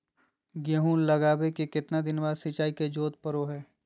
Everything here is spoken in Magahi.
गेहूं लगावे के कितना दिन बाद सिंचाई के जरूरत पड़ो है?